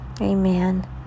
Amen